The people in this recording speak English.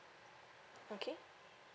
okay